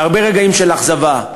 מהרבה רגעים של אכזבה,